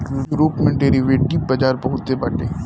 Europe में derivative बाजार बहुते बाटे